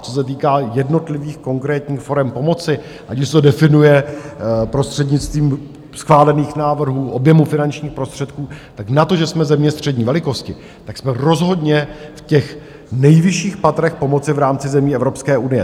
Co se týká jednotlivých konkrétních forem pomoci, ať už se to definuje prostřednictvím schválených návrhů objemu finančních prostředků, tak na to, že jsme země střední velikosti, tak jsme rozhodně v těch nejvyšších patrech pomoci v rámci zemí Evropské unie.